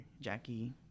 Jackie